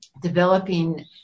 developing